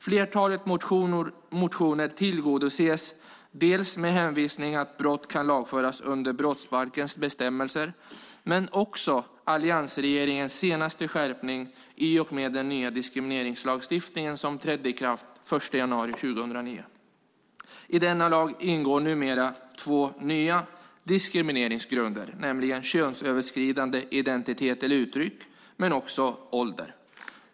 Flertalet motioner tillgodoses dels med hänvisning till att brott kan lagföras under brottsbalkens bestämmelser, dels med hänvisning till alliansregeringens senaste skärpning i och med att den nya diskrimineringslagstiftningen trädde i kraft den 1 januari 2009. I denna lag ingår numera två nya diskrimineringsgrunder, nämligen könsöverskridande identitet eller uttryck och ålder.